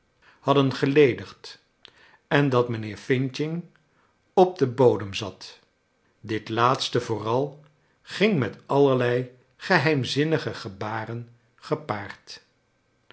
dickens ledigd en dat mijnheer f op den bodem zat dit laatste vooral ging met allerlei geheimzinnige gebaren gepaard